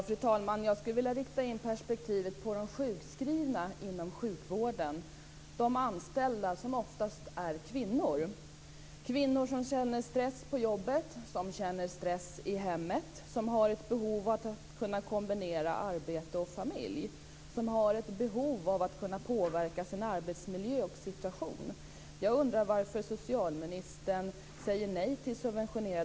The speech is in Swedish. Fru talman! Jag skulle vilja rikta in perspektivet på de sjukskrivna inom sjukvården - de anställda, som oftast är kvinnor. Det är kvinnor som känner stress på jobbet, som känner stress i hemmet, som har ett behov av att kunna kombinera arbete och familj och som har ett behov av att kunna påverka sin arbetsmiljö och situation.